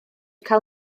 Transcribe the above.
cael